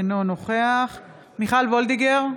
אינו נוכח מיכל וולדיגר,